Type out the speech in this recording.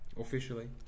Officially